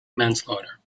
manslaughter